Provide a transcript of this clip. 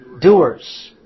doers